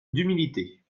d’humilité